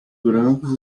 brancos